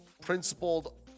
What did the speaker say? principled